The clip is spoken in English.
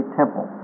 temple